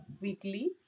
weekly